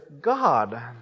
God